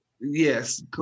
yes